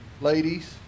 ladies